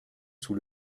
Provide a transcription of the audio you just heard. sous